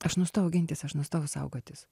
aš nustojau gintis aš nustojau saugotis